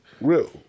real